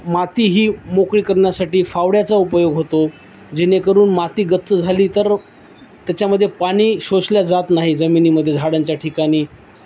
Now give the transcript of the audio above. माती ही मोकळी करण्यासाठी फावड्याचा उपयोग होतो जेणेकरून माती गच्च झाली तर त्याच्यामध्ये पाणी शोषलं जात नाही जमिनीमध्ये झाडांच्या ठिकाणी